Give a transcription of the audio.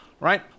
right